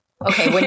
okay